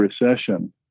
recession